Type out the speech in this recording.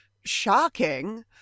shocking